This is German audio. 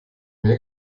mehr